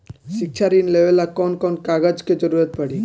शिक्षा ऋण लेवेला कौन कौन कागज के जरुरत पड़ी?